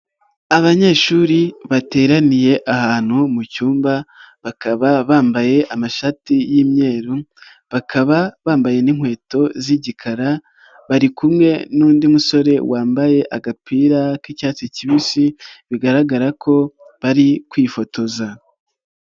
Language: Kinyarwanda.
Abanyeshuri bateraniye ahantu mu cyumba, bakaba bambaye amashati y'imyeru bakaba bambaye n'inkweto z'igikara, bari kumwe n'undi musore wambaye agapira k'icyatsi kibisi, bigaragara ko bari kwifotoza.